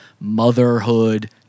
motherhood